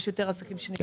יש יותר עסקים שזכאים.